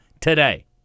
today